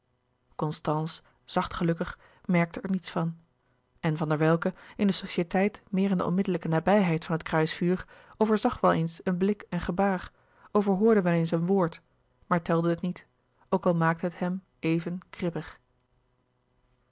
constance zacht gelukkig merkte er niets van en van der welcke in de societeit meer in de onmiddellijke nabijheid van het kruisvuur overzag wel eens een blik en gebaar overhoorde wel eens een woord maar telde het niet ook al maakte het hem even